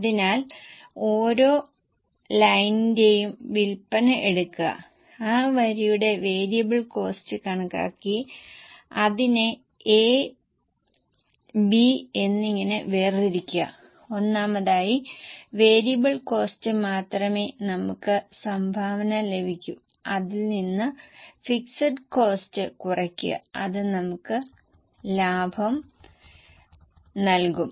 അതിനാൽ ഓരോ ലൈൻറെയും വിൽപ്പന എടുക്കുക ആ വരിയുടെ വേരിയബിൾ കോസ്ററ് കണക്കാക്കി അതിനെ A B എന്നിങ്ങനെ വേർതിരിക്കുക ഒന്നാമതായി വേരിയബിൾ കോസ്റ്റ് മാത്രമേ നമുക്ക് സംഭാവന ലഭിക്കൂ അതിൽ നിന്ന് ഫിക്സഡ് കോസ്ററ് കുറയ്ക്കുക അത് നമുക്ക് ലാഭം നൽകും